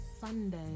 Sunday